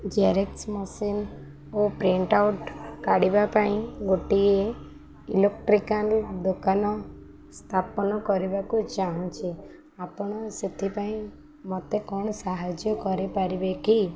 xerox machine ଓ printout କାଢ଼ିବା ପାଇଁ ଗୋଟିଏ ଇଲଲେକ୍ଟ୍ରିକାଲ୍ ଦୋକାନ ସ୍ଥାପନ କରିବାକୁ ଚାହୁଁଛି ଆପଣ ସେଥିପାଇଁ ମୋତେ କ'ଣ ସାହାଯ୍ୟ କରିପାରିବେ କି